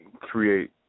create